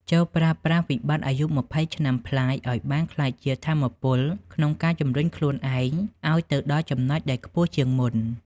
ចូរប្រើប្រាស់វិបត្តិអាយុ២០ឆ្នាំប្លាយឱ្យក្លាយជា "ថាមពល" ក្នុងការជំរុញខ្លួនឯងឱ្យទៅដល់ចំណុចដែលខ្ពស់ជាងមុន។